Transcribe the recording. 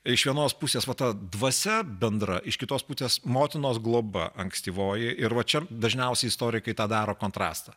iš vienos pusės va ta dvasia bendra iš kitos pusės motinos globa ankstyvoji ir va čia dažniausiai istorikai tą daro kontrastą